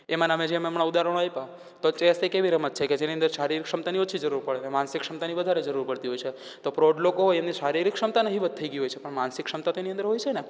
એમાં નામે જે મેં હમણાં ઉદાહરણો આપ્યાં તો ચેસ એક એવી રમત છે કે જેની અંદર શારીરિક ક્ષમતાની ઓછી જરૂર પડે ને માનસિક ક્ષમતાની વધારે જરૂર પડતી હોય છે તો પ્રૌઢ લોકો હોય એની શારીરિક ક્ષમતા નહિવત થઈ ગઈ હોય છે પણ માનસિક ક્ષમતા તો એની અંદર હોય છેને